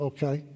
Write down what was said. Okay